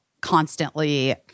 constantly